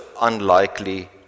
unlikely